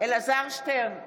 אלעזר שטרן,